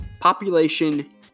Population